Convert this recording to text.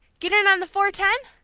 get in on the four-ten?